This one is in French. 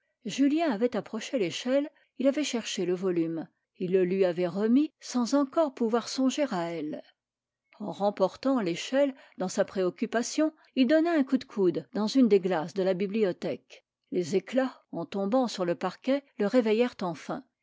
julien avait approché l'échelle il avait cherché le volume il le lui avait remis sans encore pouvoir songer à elle en remportant l'échelle dans sa préoccupation il donna un coup de coude dans une des glaces de la bibliothèque les éclats en tombant sur le parquet le réveillèrent enfin